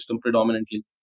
predominantly